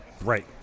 Right